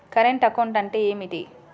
Current account అంటే ఏమిటి?